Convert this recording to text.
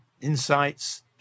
insights